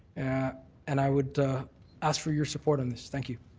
and i would ask for your support on this. thank you.